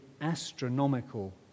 astronomical